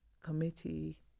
Committee